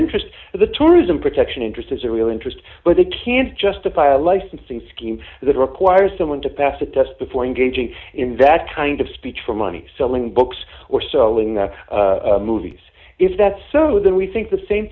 interest and the tourism protection interest is a real interest but they can't justify a licensing scheme that requires someone to pass a test before engaging in that kind of speech for money selling books or so movies if that's so then we think the same